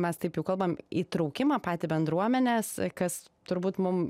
mes taip jau kalbam įtraukimą patį bendruomenės kas turbūt mum